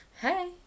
Hey